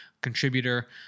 contributor